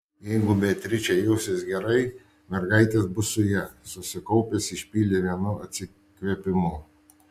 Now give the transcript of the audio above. jeigu beatričė jausis gerai mergaitės bus su ja susikaupęs išpylė vienu atsikvėpimu